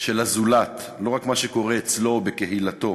של הזולת, לא רק מה שקורה אצלו, בקהילתו,